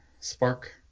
Spark